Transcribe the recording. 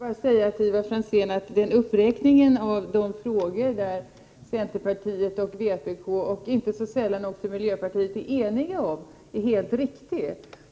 Herr talman! Jag vill bara säga till Ivar Franzén att uppräkningen av de frågor som centerpartiet, vpk och inte så sällan också miljöpartiet är eniga om är helt riktig.